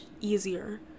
easier